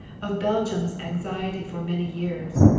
of belgium's anxiety for many years,